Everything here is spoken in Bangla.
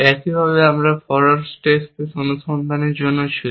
একইভাবে আমরা ফরোয়ার্ড স্টেট স্পেস অনুসন্ধানের জন্য ছিল